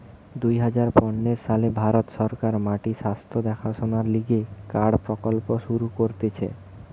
দুই হাজার পনের সালে ভারত সরকার মাটির স্বাস্থ্য দেখাশোনার লিগে কার্ড প্রকল্প শুরু করতিছে